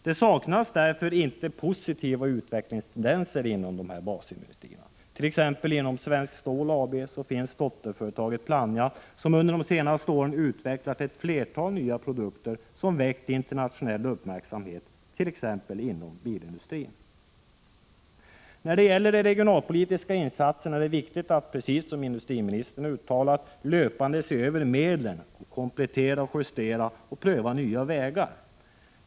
Det saknas därför inte positiva utvecklingstendenser inom basindustrierna. Inom Svenskt Stål AB finns t.ex. dotterföretaget Plannja AB som under de senaste åren utvecklat ett flertal nya produkter som väckt internationell uppmärksamhet, t.ex. inom bilindustrin. När det gäller de regionalpolitiska insatserna är det viktigt att, som industriministern uttalat, löpande se över medlen, komplettera, justera och pröva nya vägar.